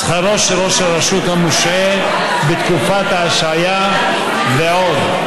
שכרו של ראש הרשות המושעה בתקופת ההשעיה ועוד.